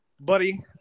Buddy